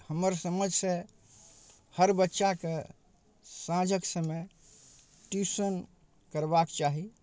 हमर समझसँ हर बच्चाके साँझक समय ट्यूशन करबाक चाही